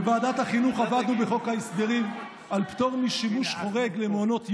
בוועדת החינוך עבדנו בחוק ההסדרים על פטור משימוש חורג למעונות יום.